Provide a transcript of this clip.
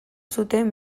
zuten